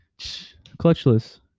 Clutchless